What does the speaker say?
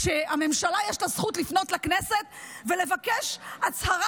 כשלממשלה יש זכות לפנות לכנסת ולבקש הצהרה,